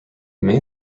main